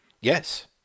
Yes